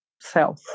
self